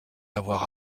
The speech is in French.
avoir